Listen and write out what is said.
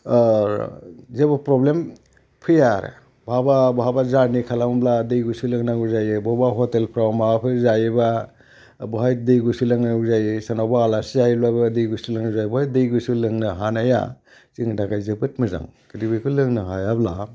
जेबो प्रब्लेम फैया आरो बहाबा बहाबा जारनि खालामोब्ला दै गुसु लोंनांगौ जायो बबेबा हटेलफ्राव माबाफोर जायोबा बेवहाय दै गुसु लोंनांगौ जायो सोरनावबा आलासि जाहैब्लाबो दै गुसु लोंनांगौ जायो दै गुसु लोंनो हानाया जोंनि थाखाय जोबोद मोजां जुदि बेखौ लोंनो हायाब्ला